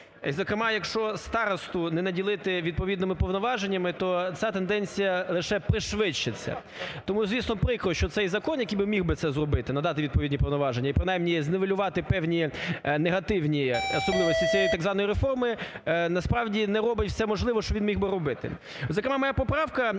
Зокрема, якщо старосту не наділити відповідними повноваженнями, то ця тенденція лише пришвидшиться. Тому, звісно, прикро, що цей закон, який би міг би це зробити, надати відповідні повноваження і принаймні знівелювати певні негативні особливості цієї так званої реформи. Насправді, не робить все можливе, що він міг би робити. Зокрема, моя поправка